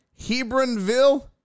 Hebronville